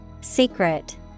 Secret